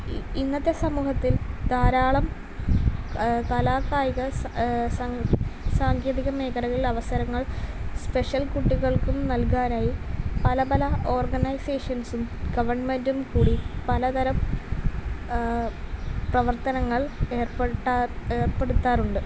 ഈ ഇന്നത്തെ സമൂഹത്തിൽ ധാരാളം കലാ കായിക സാങ്കേതിക മേഖലകളിൽ അവസരങ്ങൾ സ്പെഷ്യൽ കുട്ടികൾക്കും നൽകാനായി പല പല ഓർഗനൈസേഷൻസും ഗെവൺമെൻറ്റും കൂടി പലതരം പ്രവർത്തനങ്ങൾ ഏർപ്പെട്ടാൽ ഏർപ്പെടുത്താറുണ്ട്